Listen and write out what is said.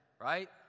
right